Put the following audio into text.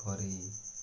ଘରେ